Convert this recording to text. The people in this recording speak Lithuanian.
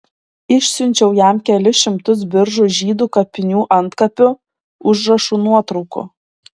išsiunčiau jam kelis šimtus biržų žydų kapinių antkapių užrašų nuotraukų